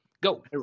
go